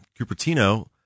Cupertino